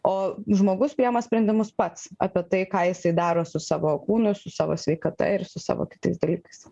o žmogus priima sprendimus pats apie tai ką jisai daro su savo kūnu ir su savo sveikata ir su savo kitais dalykais